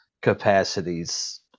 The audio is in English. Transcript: capacities